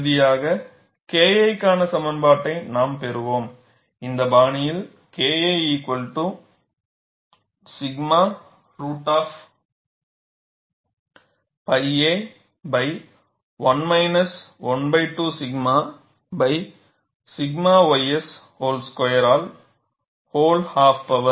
இறுதியாக KI க்கான சமன்பாட்டை நாம் பெறுவோம் இந்த பாணியில் KI 𝛔 root of pi a 1 ½ 𝛔 𝛔 ys whole square whole of power